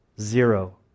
Zero